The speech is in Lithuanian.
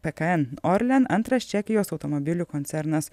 pkn orlen antras čekijos automobilių koncernas